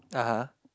ah huh